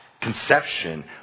conception